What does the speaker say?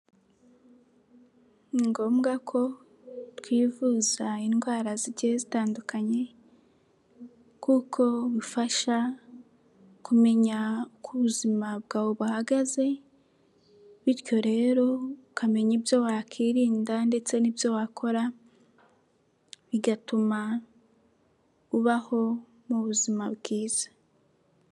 Ni ngombwa ko twivuza indwara zigiye zitandukanye kuko bifasha kumenya uko ubuzima bwawe buhagaze bityo rero ukamenya ibyo wakwinda ndetse n'ibyo wakora, bigatuma ubaho mu buzima bwiza.